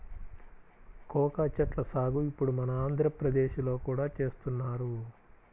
cocoa చెట్ల సాగు ఇప్పుడు మన ఆంధ్రప్రదేశ్ లో కూడా చేస్తున్నారు